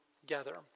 together